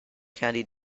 candy